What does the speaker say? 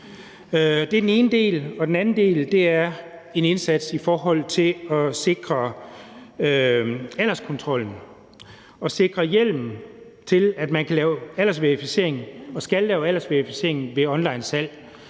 og rulletobak. Og den anden del er en indsats i forhold til at sikre alderskontrollen og sikre hjemmel til at lave aldersverificering og skulle lave aldersverificering ved onlinesalg.